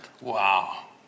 Wow